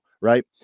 right